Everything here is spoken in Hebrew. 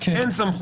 אין סמכות.